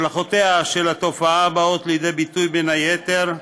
השלכותיה של התופעה באות לידי ביטוי, בין היתר,